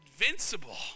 Invincible